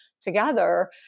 together